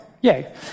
yay